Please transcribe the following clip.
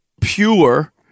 pure